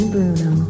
Bruno